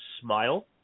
Smile